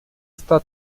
está